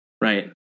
Right